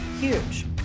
huge